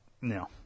no